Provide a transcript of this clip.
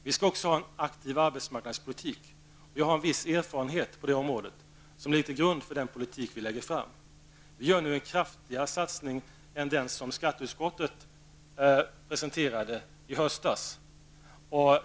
Vi skall föra en aktiv arbetsmarknadspolitik, och vi har på det området en viss erfarenhet, som ligger till grund för den politik som vi vill föra. Vi gör nu en kraftigare satsning än den som skatteutskottet presenterade i höstas.